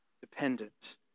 dependent